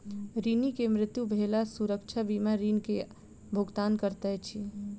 ऋणी के मृत्यु भेला सुरक्षा बीमा ऋण के भुगतान करैत अछि